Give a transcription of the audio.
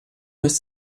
ist